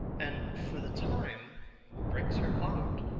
and for the time breaks her heart.